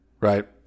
right